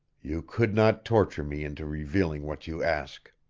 you could not torture me into revealing what you ask.